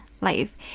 life